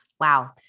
Wow